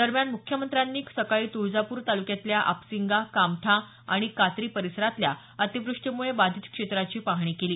दरम्यान मुख्यमंत्र्यांनी सकाळी तुळजापूर तालुक्यातल्या अपसिंगा कामठा आणि कात्री परिसरातल्या अतिवृष्टीमुळे बाधित क्षेत्राची पाहणी केली